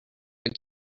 but